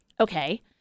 okay